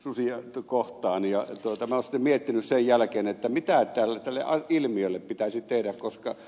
minä olen sitten miettinyt sen jälkeen mitä tälle ilmiölle pitäisi tehdä koska ed